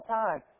time